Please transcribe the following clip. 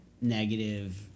negative